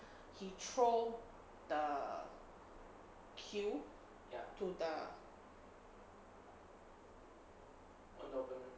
he throw the kill to the